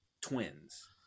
twins